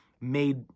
made